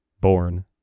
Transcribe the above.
born